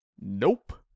Nope